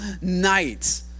night